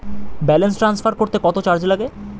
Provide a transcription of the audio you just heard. Balance transfer করতে কত charge লাগে?